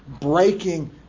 breaking